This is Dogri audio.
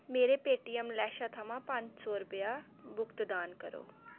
मेरे पेऽटीऐम्म थमां लेशा थमां पंज सौ रुपया भुगतान करो